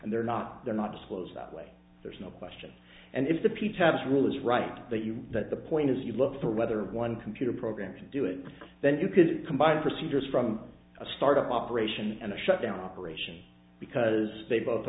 and they're not they're not disclosed that way there's no question and if the p tabs rule is right that you that the point is you look for whether one computer program can do it then you could combine procedures from a start up operation and a shut down operation because they both